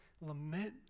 lament